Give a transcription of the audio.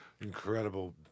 incredible